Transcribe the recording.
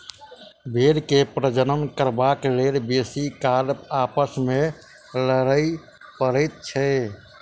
भेंड़ के प्रजनन करबाक लेल बेसी काल आपस मे लड़य पड़ैत छै